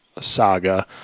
saga